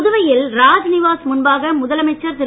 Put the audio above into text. புதுவையில் ராஜ்நிவாஸ் முன்பாக முதலமைச்சர் திரு